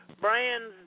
brands